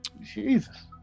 Jesus